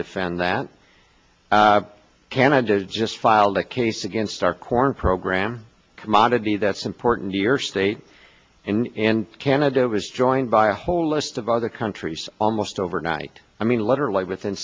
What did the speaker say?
defend that can i just filed a case against our corn program commodity that's important to your state and in canada it was joined by a whole list of other countries almost overnight i mean literally within